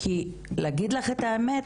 כי להגיד לך את האמת,